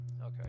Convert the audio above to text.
Okay